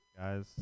guys